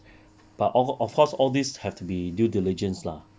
but of of course all these have to be due diligence lah ya the K_Y_C